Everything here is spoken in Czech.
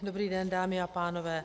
Dobrý den dámy a pánové.